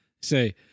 Say